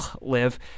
live